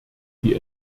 die